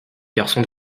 garçons